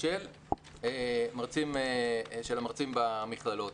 של המרצים במכללות.